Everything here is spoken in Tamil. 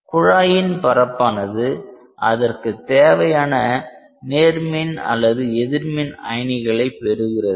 குழாயின் பரப்பானது அதற்கு தேவையான நேர்மின் அல்லது எதிர்மின் அயனிகளை பெறுகிறது